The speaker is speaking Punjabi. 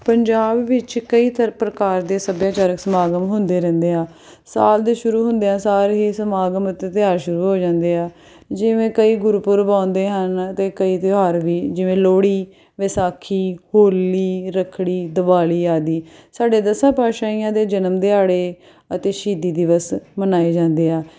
ਪੰਜਾਬ ਵਿੱਚ ਕਈ ਤਰ੍ਹਾਂ ਪ੍ਰਕਾਰ ਦੇ ਸੱਭਿਆਚਾਰਕ ਸਮਾਗਮ ਹੁੰਦੇ ਰਹਿੰਦੇ ਆ ਸਾਲ ਦੇ ਸ਼ੁਰੂ ਹੁੰਦਿਆਂ ਸਾਰ ਹੀ ਸਮਾਗਮ ਅਤੇ ਤਿਉਹਾਰ ਸ਼ੁਰੂ ਹੋ ਜਾਂਦੇ ਆ ਜਿਵੇਂ ਕਈ ਗੁਰਪੁਰਬ ਆਉਂਦੇ ਹਨ ਅਤੇ ਕਈ ਤਿਉਹਾਰ ਵੀ ਜਿਵੇਂ ਲੋਹੜੀ ਵਿਸਾਖੀ ਹੋਲੀ ਰੱਖੜੀ ਦੀਵਾਲੀ ਆਦਿ ਸਾਡੇ ਦਸਾਂ ਪਾਤਸ਼ਾਹੀਆਂ ਦੇ ਜਨਮ ਦਿਹਾੜੇ ਅਤੇ ਸ਼ਹੀਦੀ ਦਿਵਸ ਮਨਾਏ ਜਾਂਦੇ ਆ